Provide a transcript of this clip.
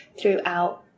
throughout